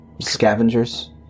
scavengers